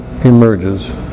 emerges